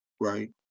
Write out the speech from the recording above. Right